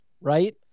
right